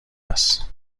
است